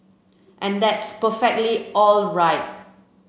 and that's perfectly all right